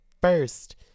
first